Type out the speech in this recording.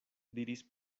diris